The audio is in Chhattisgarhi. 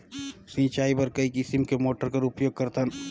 सिंचाई बर कई किसम के मोटर कर उपयोग करथन?